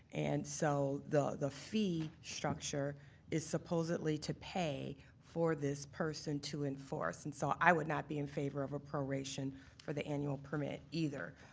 and so, the the fee structure is supposedly to pay for this person to enforce. and so i would not be in favor of a proration for the annual permit, either.